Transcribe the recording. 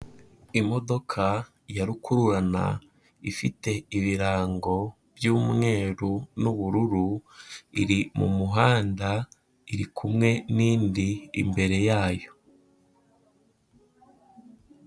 Imodoka ya rukururana ifite ibirango by'umweru n'ubururu, iri mu muhanda, iri kumwe n'indi imbere yayo.